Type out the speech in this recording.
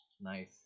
Nice